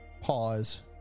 pause